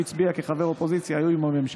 הוא הצביע כאופוזיציה זה היה עם הממשלה.